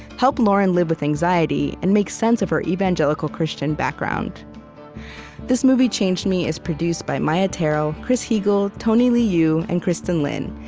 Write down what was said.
helped lauren live with anxiety and make sense of her evangelical christian background this movie changed me is produced by maia tarrell, chris heagle, tony liu, and kristin lin,